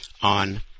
on